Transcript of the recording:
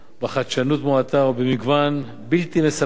בחדשנות מועטה ובמגוון בלתי מספק.